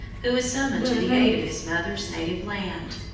who is summoned to the aid of his mother's native land.